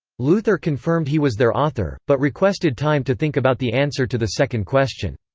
luther confirmed he was their author, but requested time to think about the answer to the second question.